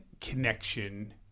connection